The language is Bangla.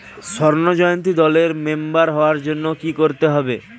স্বর্ণ জয়ন্তী দলের মেম্বার হওয়ার জন্য কি করতে হবে?